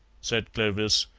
said clovis,